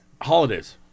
Holidays